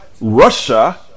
russia